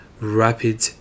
rapid